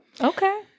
Okay